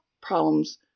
problems